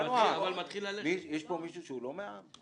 יש פה מישהו שהוא לא מהעם?